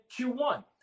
Q1